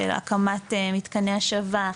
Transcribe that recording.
של הקמת מתקני השבה,